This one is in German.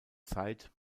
zeit